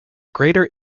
greater